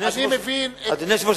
אדוני היושב-ראש,